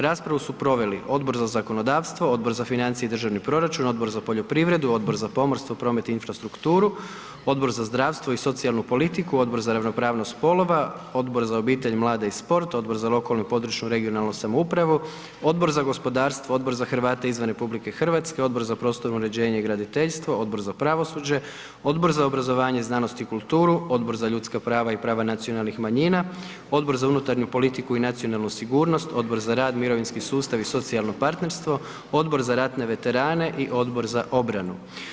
Raspravu su proveli Odbor za zakonodavstvo, Odbor za financije i državni proračun, Odbor za poljoprivredu, Odbor za pomorstvo, promet i infrastrukturu, Odbor za zdravstvo i socijalnu politiku, Odbor za ravnopravnost spolova, Odbor za obitelj, mlade i sport, Odbor za lokalnu i područnu (regionalnu) samoupravu, Odbor za gospodarstvo, Odbor za Hrvate izvan RH, Odbor za prostorno uređenje i graditeljstvo, Odbor za pravosuđe, Odbor za obrazovanje, znanost i kulturu, Odbor za ljudska prava i prava nacionalnih manjina, Odbor za unutarnju politiku i nacionalnu sigurnost, Odbor za rad, mirovinsku sustav i socijalno partnerstvo, Odbor za ratne veterane i Odbor za obranu.